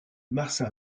marsa